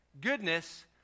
goodness